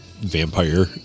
Vampire